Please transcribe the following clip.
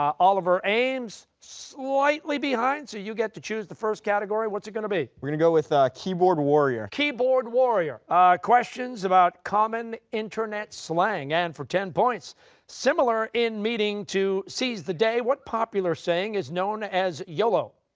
oliver ames, slightly behind, so you get to choose the first category, what's it going to be? we're going to go with ah keyboard warrior. costa keyboard warrior questions about common internet slang. and for ten points similar in meaning to seize the day, what popular saying is known as yolo?